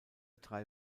drei